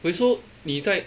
wait so 你在